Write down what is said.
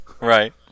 Right